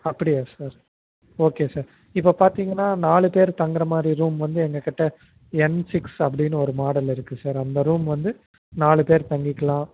அப்படியா sir okay sir இப்போ பார்த்திங்கனா நாலு பேரு தங்குறமாதிரி ரூம் வந்து எங்கக்கிட்ட எம் சிக்ஸ் அப்படின்னு ஒரு மாடல் இருக்குது சார் அந்த ரூம் வந்து நாலு பேரு தங்கிக்கலாம்